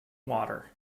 water